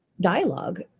dialogue